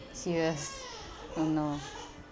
serious oh no